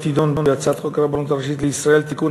תדון בהצעת חוק הרבנות הראשית לישראל (תיקון,